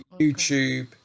YouTube